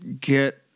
get